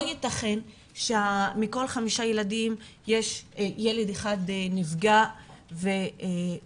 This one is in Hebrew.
לא ייתכן שמכל חמישה ילדים יש ילד אחד שנפגע וזה